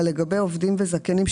אבל לגבי עובדים וזכיינים,